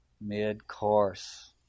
Mid-course